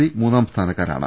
C മൂന്നാം സ്ഥാനക്കാരാണ്